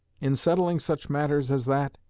in settling such matters as that,